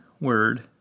word